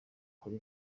kuri